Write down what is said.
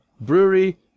brewery